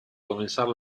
comenzar